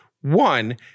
One